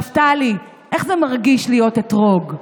נפתלי, איך זה מרגיש להיות אתרוג?